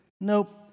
Nope